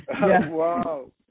Wow